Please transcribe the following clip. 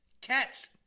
Cats